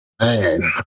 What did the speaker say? Man